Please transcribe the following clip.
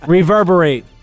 Reverberate